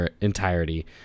entirety